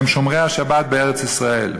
הם שומרי השבת בארץ-ישראל.